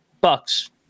bucks